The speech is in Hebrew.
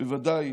בוודאי